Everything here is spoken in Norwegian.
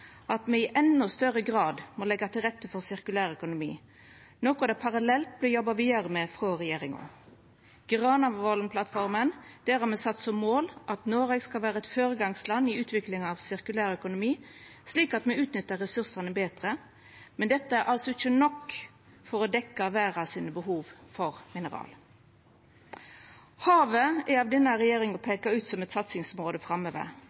at me i endå større grad må leggja til rette for sirkulær økonomi, noko det parallelt vert jobba vidare med frå regjeringas side. I Granavolden-plattforma har me sett som mål at Noreg skal vera eit føregangsland i utviklinga av sirkulær økonomi, slik at me utnyttar ressursane betre. Men dette er ikkje nok for å dekkja verda sine behov for mineral. Havet er av denne regjeringa peika ut som eit satsingsområde framover,